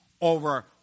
over